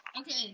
Okay